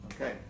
Okay